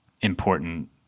important